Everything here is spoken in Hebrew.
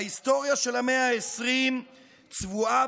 ההיסטוריה של המאה העשרים צבועה